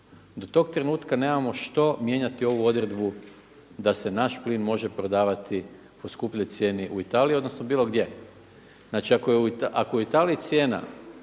Do tog trenutka nemamo što mijenjati ovu odredbu da se naš plin može prodavati po skupljoj cijeni u Italiji odnosno bilo gdje. Znači ako je u Italiji cijena